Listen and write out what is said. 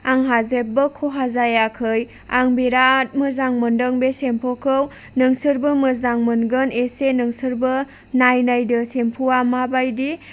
आंहा जेबो खहा जायाखै आं बिराद मोजां मोनदों बे सेम्पुखौ नोंसोरबो मोजां मोनगोन एसे नोंसोरबो नायनायदो सेम्पुआ माबायदि